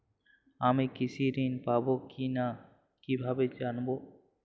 আমি কৃষি ঋণ পাবো কি না কিভাবে জানবো?